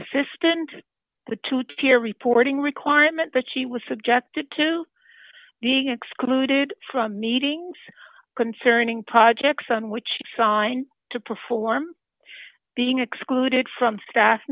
assistant the two tier reporting requirement that she was subjected to be excluded from meetings concerning projects on which sign to perform being excluded from staff